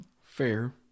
Fair